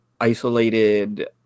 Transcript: isolated